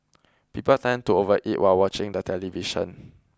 people tend to overeat while watching the television